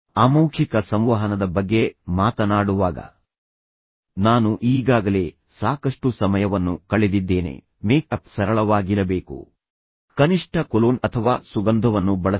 ಅಮೌಖಿಕ ಸಂವಹನದ ಬಗ್ಗೆ ಮಾತನಾಡುವಾಗ ನಾನು ಈಗಾಗಲೇ ಸಾಕಷ್ಟು ಸಮಯವನ್ನು ಕಳೆದಿದ್ದೇನೆ ಮೇಕ್ಅಪ್ ಸರಳವಾಗಿರಬೇಕು ಕನಿಷ್ಠ ಕೊಲೋನ್ ಅಥವಾ ಸುಗಂಧವನ್ನು ಬಳಸಿ